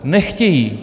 Nechtějí!